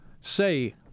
Say